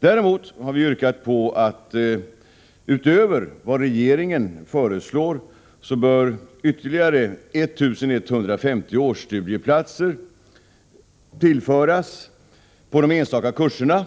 Däremot har vi yrkat, utöver vad regeringen föreslår, att ytterligare 1 150 årsstudieplatser skall tillföras de enstaka kurserna.